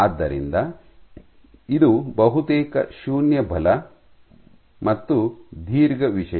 ಆದ್ದರಿಂದ ಇದು ಬಹುತೇಕ ಶೂನ್ಯ ಬಲ ಮತ್ತು ದೀರ್ಘ ವಿಷಯ